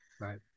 Right